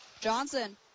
Johnson